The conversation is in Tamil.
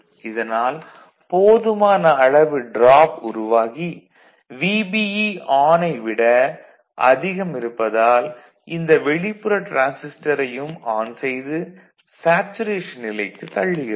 இதனால் போதுமான அளவு டிராப் உருவாகி VBE விட அதிகம் இருப்பதால் இந்த வெளிப்புற டிரான்சிஸ்டரையும் ஆன் செய்து சேச்சுரேஷன் நிலைக்குத் தள்ளுகிறது